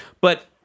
But-